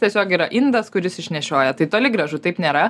tiesiog yra indas kuris išnešioja tai toli gražu taip nėra